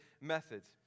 methods